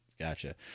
Gotcha